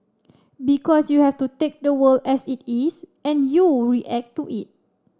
because you have to take the world as it is and you react to it